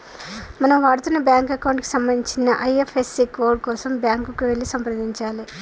మనం వాడుతున్న bank account కి సంబంధించిన ఐ.ఎఫ్.ఎస్.సి కోడ్ కోసం బ్యాంకుకి వెళ్లి సంప్రదించాలే